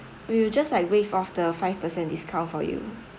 we will just like waive off the five percent discount for you